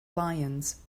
lions